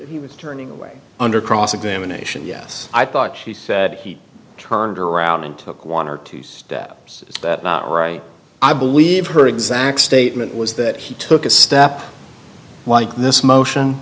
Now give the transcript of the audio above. he was turning away under cross examination yes i thought she said he turned around and took one or two steps that not right i believe her exact statement was that he took a step like this motion